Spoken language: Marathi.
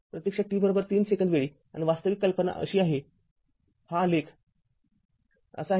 प्रत्यक्षात t३ सेकंद वेळी आणि वास्तविक कल्पना अशी आहेहा आलेख असा आहे